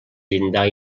llindar